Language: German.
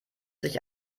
sich